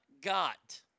got